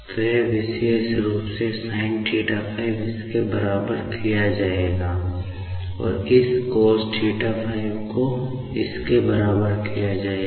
तो यह विशेष रूप से sinθ5 इसके बराबर किया जाएगा और इस cosθ5 इसके बराबर किया जाएगा